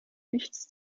nichts